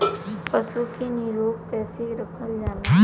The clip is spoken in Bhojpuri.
पशु के निरोग कईसे रखल जाला?